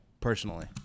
personally